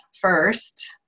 first